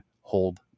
hold